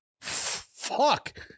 fuck